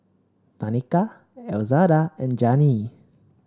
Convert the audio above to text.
Tanika Elzada and Janey